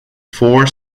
four